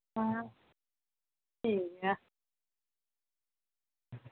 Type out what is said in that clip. हां ठीक ऐ